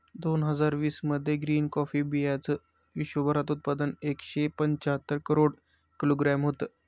दोन हजार वीस मध्ये ग्रीन कॉफी बीयांचं विश्वभरात उत्पादन एकशे पंच्याहत्तर करोड किलोग्रॅम होतं